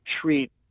treat